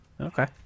okay